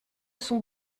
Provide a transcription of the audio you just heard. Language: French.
son